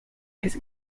his